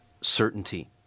certainty